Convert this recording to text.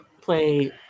play